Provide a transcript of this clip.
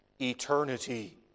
eternity